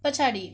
पछाडि